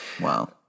Wow